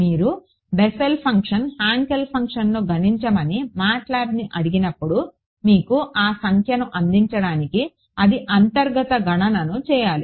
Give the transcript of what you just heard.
మీరు Bessel function Hankel ఫంక్షన్ను గణించమని MATLABని అడిగినప్పుడు మీకు ఆ సంఖ్యను అందించడానికి అది అంతర్గత గణనను చేయాలి